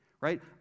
right